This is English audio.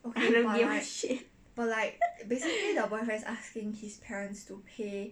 I don't give a shit